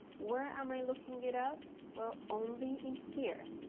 where am i looking it up? well, only in here.